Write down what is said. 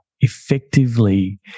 effectively